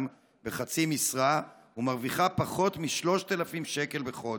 בחצי משרה ומרוויחה פחות מ-3,000 שקל בחודש.